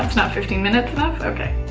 not fifteen minutes enough? okay.